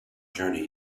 journey